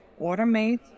automate